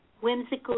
whimsical